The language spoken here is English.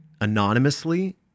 anonymously